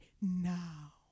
now